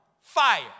fire